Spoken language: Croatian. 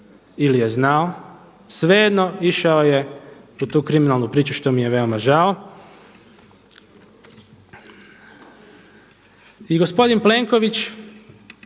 ili je znao, svejedno išao je u tu kriminalnu priču što mi je veoma žao. I gospodin Plenković,